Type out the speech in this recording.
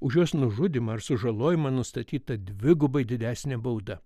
už jos nužudymą ar sužalojimą nustatyta dvigubai didesnė bauda